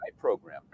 program